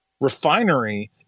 refinery